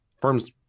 firms